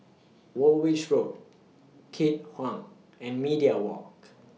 Woolwich Road Keat Hong and Media Walk